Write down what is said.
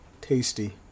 Tasty